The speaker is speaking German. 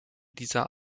dieser